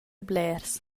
blers